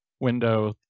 window